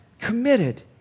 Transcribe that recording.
committed